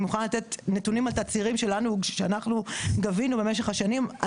אני מוכנה לתת נתונים על תצהירים שאנחנו גבנו במשך השנים.